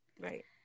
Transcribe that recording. Right